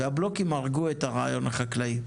והבלוקים הרגו את הרעיון החקלאי.